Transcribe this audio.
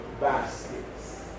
baskets